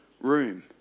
room